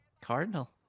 cardinal